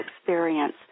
experience